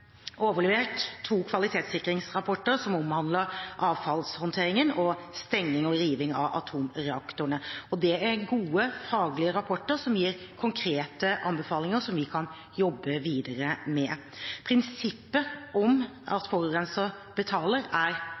overlevert to kvalitetssikringsrapporter som omhandler avfallshåndtering og stenging og riving av atomreaktorene. Det er gode faglige rapporter som gir konkrete anbefalinger som vi kan jobbe videre med. Prinsippet om at forurenser betaler, er